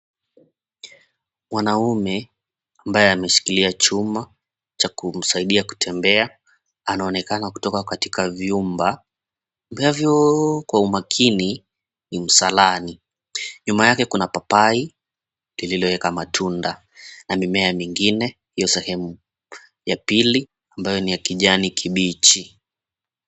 Mwanaume ambaye ameshikilia chuma cha kumsaidia kutembea anaonekana kutoka katika vyumba ingavyoo kwa umakini ni msalani. Nyuma yake kuna papai lililoeka matunda na mimea mingine hiyo sehemu ya pili ambayo ni ya kijanikibichi.